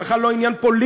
זה בכלל לא עניין פוליטי,